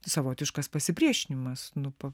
savotiškas pasipriešinimas nu papa